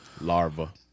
Larva